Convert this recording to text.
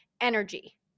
energy